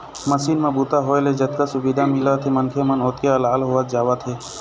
machine म बूता होए ले जतका सुबिधा मिलत हे मनखे मन ओतके अलाल होवत जावत हे